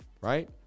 right